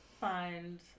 find